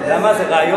אתה יודע מה, זה רעיון.